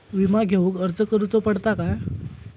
विमा घेउक अर्ज करुचो पडता काय?